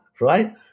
right